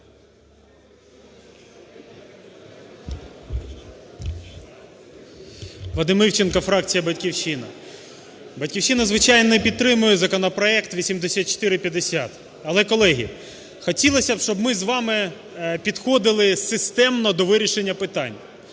Вадим Івченко, фракція "Батьківщина". "Батьківщина", звичайно, підтримує законопроект 8450. Але, колеги, хотілось би, щоб ми з вами підходили системно до вирішення питань.